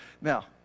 Now